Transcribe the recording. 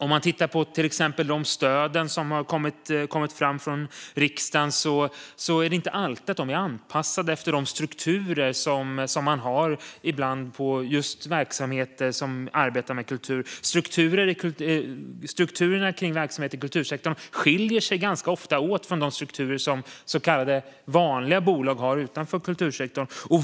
Om man tittar på till exempel de stöd som riksdagen har fattat beslut om är de inte alltid anpassade efter de strukturer som verksamheter som arbetar med kultur har. Strukturerna kring verksamhet i kultursektorn skiljer sig ganska ofta från de strukturer som så kallade vanliga bolag utanför kultursektorn har.